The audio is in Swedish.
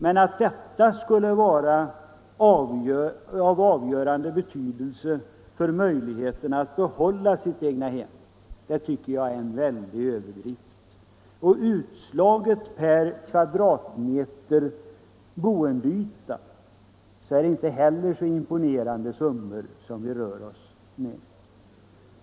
Men att detta skulle ha en avgörande betydelse för möjligheterna att behålla sitt egnahem tycker jag är en väldig överdrift. Utslaget per kvadratmeter boendeyta är det inte heller så imponerande summor som vi rör oss med.